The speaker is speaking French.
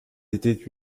été